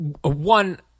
one